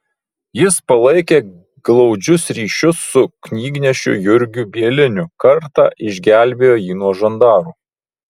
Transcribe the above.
jis palaikė glaudžius ryšius su knygnešiu jurgiu bieliniu kartą išgelbėjo jį nuo žandaru